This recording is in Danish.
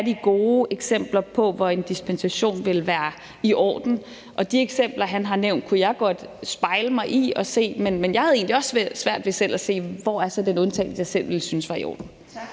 de gode eksempler på, hvor en dispensation ville være i orden, kunne være. De eksempler, han har nævnt, kunne jeg godt spejle mig i, men jeg havde egentlig svært ved selv at se, hvad den undtagelse, som jeg selv ville synes var i orden,